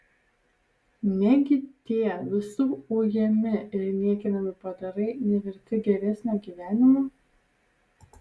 negi tie visų ujami ir niekinami padarai neverti geresnio gyvenimo